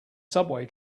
subway